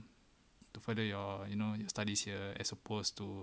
further your you know your studies here as opposed to